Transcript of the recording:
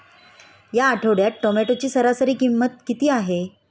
या आठवड्यात टोमॅटोची सरासरी किंमत किती आहे?